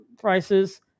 prices